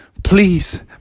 please